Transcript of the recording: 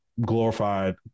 glorified